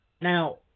Now